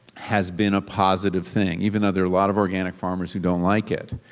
has been a positive thing. even though there are a lot of organic farmers who don't like it,